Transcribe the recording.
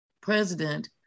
president